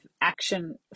action